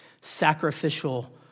Sacrificial